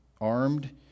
armed